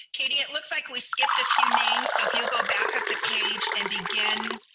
katie, it looks like we skipped a few names. so if you'll go back up the page and begin.